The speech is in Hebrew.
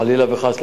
חלילה וחס,